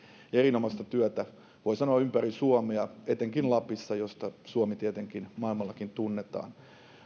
erinomaista työtä matkailun kansainvälistymiseksi voi sanoa ympäri suomea etenkin lapissa josta suomi tietenkin maailmallakin tunnetaan